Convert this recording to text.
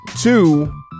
two